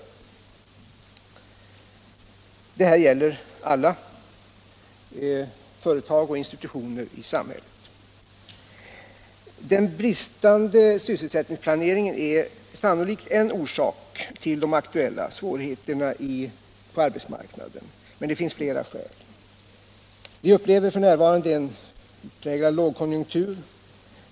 Detta gäller alla företag och institutioner i samhället. Den bristande sysselsättningsplaneringen är sannolikt en orsak till de aktuella svårigheterna på arbetsmarknaden, men det finns flera. Vi upplever f.n. en utpräglad lågkonjunktur.